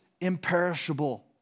imperishable